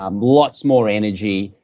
um lots more energy,